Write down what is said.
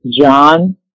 John